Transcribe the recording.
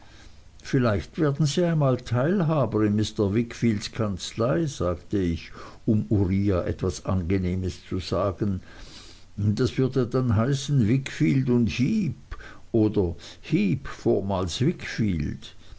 vielleicht werden sie einmal teilhaber in mr wickfields kanzlei sagte ich um uriah etwas angenehmes zu sagen das würde dann heißen wickfield heep oder heep vorm